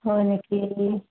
হয় নেকি